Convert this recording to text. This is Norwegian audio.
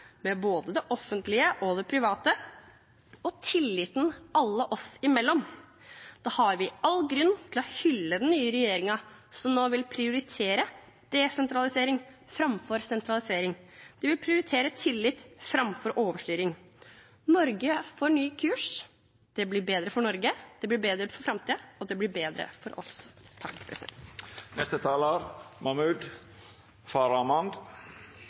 både det offentlige og det private, og det styrker tilliten alle oss imellom. Da har vi all grunn til å hylle den nye regjeringen, som nå vil prioritere desentralisering framfor sentralisering – og som vil prioritere tillit framfor overstyring. Norge får ny kurs. Det blir bedre for Norge, det blir bedre for framtiden, og det blir bedre for oss.